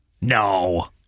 No